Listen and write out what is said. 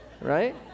right